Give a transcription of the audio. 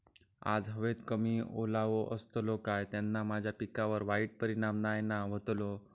आज हवेत कमी ओलावो असतलो काय त्याना माझ्या पिकावर वाईट परिणाम नाय ना व्हतलो?